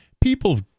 People